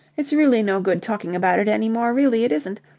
it's really no good talking about it any more, really it isn't.